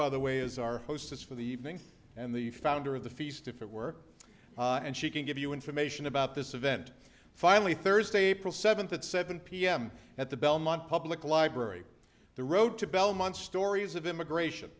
by the way is our hostess for the evening and the founder of the feast if it work and she can give you information about this event finally thursday april seventh at seven pm at the belmont public library the road to belmont stories of immigration